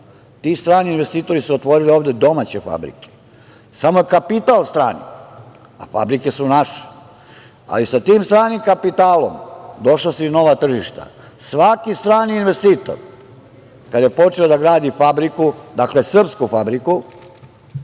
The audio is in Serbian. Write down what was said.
ti strani investitori su otvorili ovde domaće fabrike, i samo je kapital strani, a fabrike su naše, i sa tim stranim kapitalom, došlo se i do novih tržišta i svaki strani investitor kada je počeo da gradi fabriku, dakle, srpsku fabriku